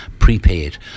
prepaid